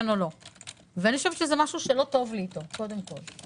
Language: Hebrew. לא טוב לי עם הדבר הזה.